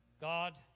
God